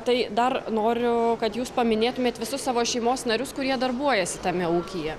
tai dar noriu kad jūs paminėtumėt visus savo šeimos narius kurie darbuojasi tame ūkyje